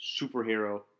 superhero